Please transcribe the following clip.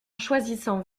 choisissant